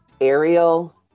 Ariel